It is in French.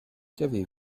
qu’avez